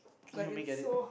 you help me get it